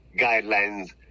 guidelines